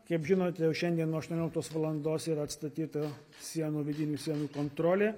kaip žinote jau šiandien nuo aštuonioliktos valandos yra atstatyta sienų vidinių sienų kontrolė